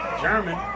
German